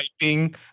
typing